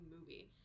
movie